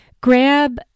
grab